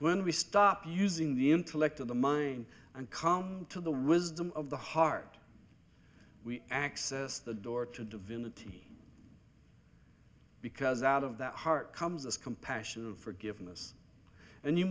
when we stop using the intellect of the mind and come to the wisdom of the heart we access the door to divinity because out of that heart comes this compassion of forgiveness and you